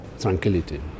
tranquility